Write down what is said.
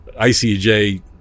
icj